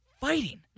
fighting